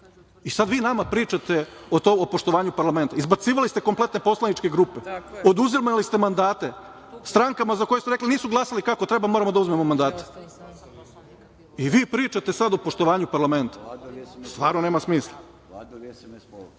Sada vi nama pričate o poštovanju parlamenta. Izbacivali ste kompletne poslaničke grupe, oduzimali ste mandate stankama, za koje ste rekli – nisu glasale kako treba, moramo da uzmemo mandate. I vi pričate sad o poštovanju parlamenta. Stvarno nema smisla. Što